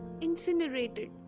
incinerated